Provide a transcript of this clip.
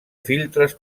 filtres